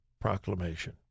proclamation